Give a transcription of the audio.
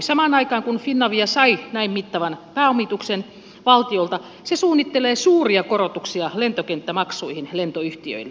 samaan aikaan kun finavia sai näin mittavan pääomituksen valtiolta se suunnittelee suuria korotuksia lentokenttämaksuihin lentoyhtiöille